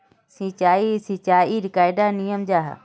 सिंचाई सिंचाईर कैडा नियम जाहा?